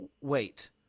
Wait